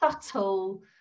subtle